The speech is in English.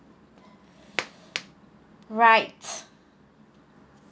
right